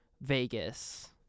Vegas